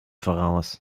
voraus